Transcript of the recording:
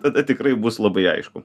tada tikrai bus labai aišku